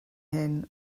hyn